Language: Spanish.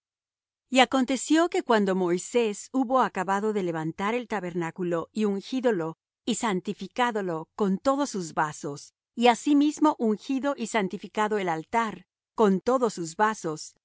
y acontecio que cuando moisés hubo acabado de levantar el tabernáculo y ungídolo y santificádolo con todos sus vasos y asimismo ungido y santificado el altar con todos sus vasos